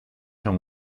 son